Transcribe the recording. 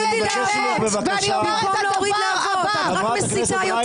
את רק מסיתה.